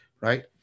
right